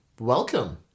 Welcome